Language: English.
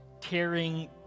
tearing